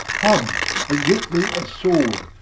come and get thee a sword,